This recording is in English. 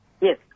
Yes